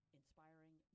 inspiring